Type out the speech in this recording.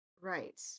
Right